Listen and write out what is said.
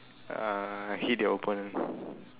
uh hit your opponent